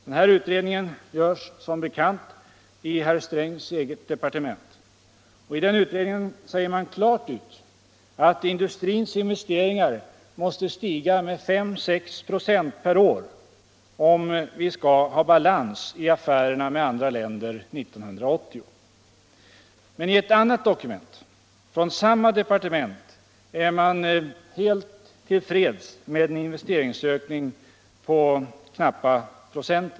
Den här utredningen görs som bekant i herr Strängs eget departement. I den utredningen säger man klart ut att industrins investeringar måste stiga med 5-6 "» per år om vi skall ha balans i affärerna med andra länder år 1980. Men i ett annat dokument från samma departement, är man helt till freds med en investeringsökning på knappt 1 "..